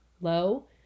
low